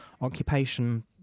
occupation